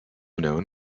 known